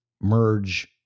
merge